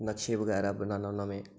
नक्शे बगैरा बनान्ना होन्ना में